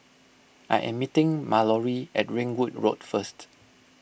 I am meeting Mallory at Ringwood Road first